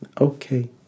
Okay